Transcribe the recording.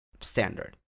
standard